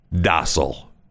docile